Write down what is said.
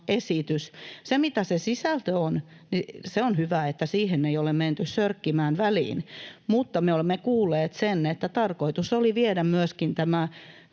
mitä se sisältö on, on hyvä, että ei ole menty sörkkimään väliin, mutta me olemme kuulleet sen, että tarkoitus oli viedä myöskin